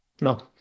no